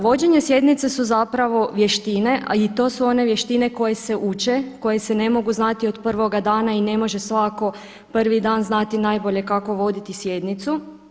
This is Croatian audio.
Vođenje sjednice su zapravo vještine i to su one vještine koje se uče, koje se ne mogu znati od prvoga dana i ne može svako prvi dan znati najbolje kako voditi sjednicu.